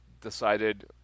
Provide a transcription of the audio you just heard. decided